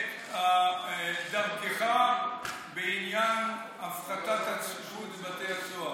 את דרכך בעניין הפחתת הצפיפות בבתי הסוהר.